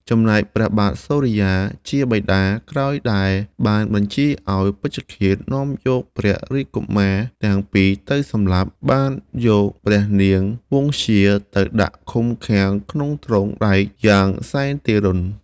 ចំណែកព្រះបាទសុរិយាជាបិតា ក្រោយដែលបានបញ្ជាឲ្យពេជ្ឈឃាដនាំយកព្រះរាជកុមារទាំងពីរទៅសម្លាប់ បានយកព្រះនាងវង្សធ្យាទៅដាក់ឃុំឃាំងក្នុងទ្រូងដែកយ៉ាងសែនទារុណ។